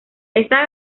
esta